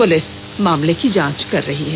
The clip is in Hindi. पुलिस मामले की जांच कर रही है